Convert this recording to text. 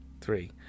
Three